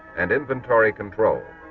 and inventory control.